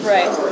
Right